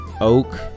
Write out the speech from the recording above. oak